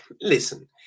listen